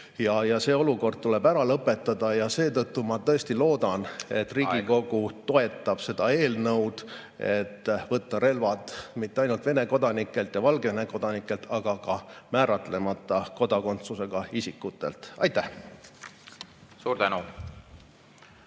See olukord tuleb ära lõpetada. Seetõttu ma tõesti loodan, et Riigikogu toetab seda eelnõu, et võtta relvad mitte ainult Vene kodanikelt ja Valgevene kodanikelt, aga ka määratlemata kodakondsusega isikutelt. Aitäh! Suur tänu!